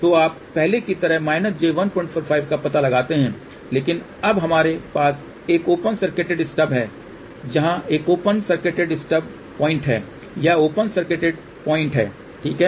तो आप पहले की तरह j145 का पता लगाते हैं लेकिन अब हमारे पास एक ओपन सर्किटेड स्टब हैजहां एक ओपन सर्किटेड स्टब पॉइंट है यह ओपन सर्किटेड पॉइंटहै ठीक है